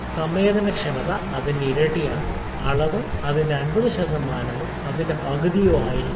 സംവേദനക്ഷമത അതിന്റെ ഇരട്ടിയാണ് അളവ് അതിന്റെ 50 ശതമാനമോ അതിന്റെ പകുതിയോ ആയിരിക്കും